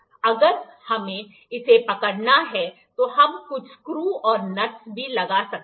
अगर हमें इसे पकड़ना है तो हम कुछ स्क्रू और नट्स भी लगा सकते हैं